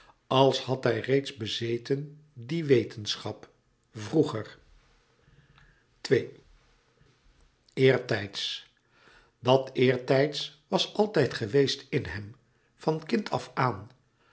als had hij reeds bezeten die wetenschap vroeger eertijds dat eertijds was altijd geweest in hem van kind af aan